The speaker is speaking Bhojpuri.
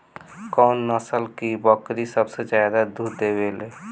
कौन नस्ल की बकरी सबसे ज्यादा दूध देवेले?